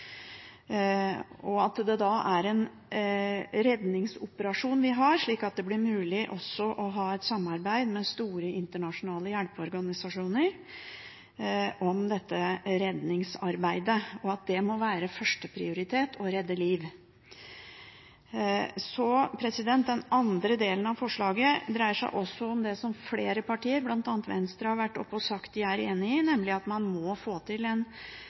dessverre. Vi må da ha en redningsoperasjon, slik at det blir mulig også å ha et samarbeid med store internasjonale hjelpeorganisasjoner om dette redningsarbeidet, og det må være førsteprioritet å redde liv. Den andre delen av forslaget dreier seg også om det flere partier, bl.a. Venstre, har vært oppe og sagt de er enig i, nemlig at man må få til en